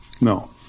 No